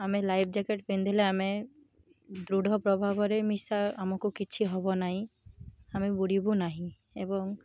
ଆମେ life jacket ପିନ୍ଧିଲେ ଆମେ ଦୃଢ଼ ପ୍ରଭାବରେ ମିଶା ଆମକୁ କିଛି ହବ ନହିଁ ଆମେ ବୁଡ଼ିବୁ ନାହିଁ ଏବଂ